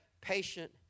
patient